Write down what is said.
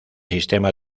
sistema